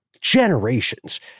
generations